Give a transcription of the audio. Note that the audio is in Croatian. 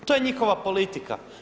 To je njihova politika.